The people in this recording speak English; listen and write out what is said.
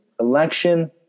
election